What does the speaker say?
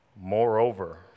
Moreover